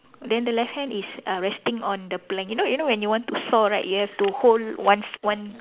then the left hand is uh resting on the plank you know you know when you want to saw right you have to hold one s~ one